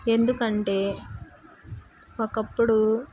ఎందుకంటే ఒకప్పుడు